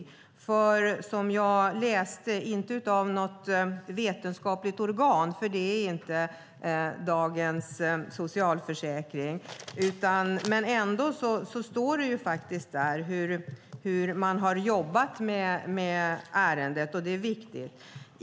I Dagens Socialförsäkring , som inte är något vetenskapligt organ, står det hur man har jobbat med ärendet, och det är viktigt.